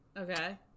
Okay